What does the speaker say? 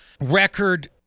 record